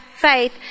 faith